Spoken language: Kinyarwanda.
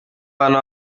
bantu